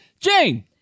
Jane